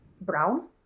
brown